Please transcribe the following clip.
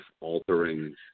altering